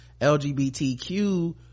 lgbtq